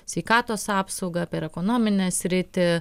sveikatos apsaugą per ekonominę sritį